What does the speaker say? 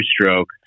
stroke